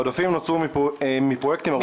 העודפים נוצרו מפרויקטים ארוכי-טווח.